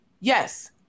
Yes